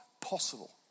possible